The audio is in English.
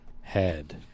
head